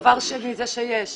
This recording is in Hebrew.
דבר שני, זה שיש